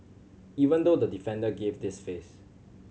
even though the defender gave this face